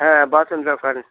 হ্যাঁ বাসন ফ্যাক্টরি